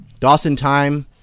DawsonTime